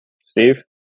Steve